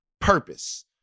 purpose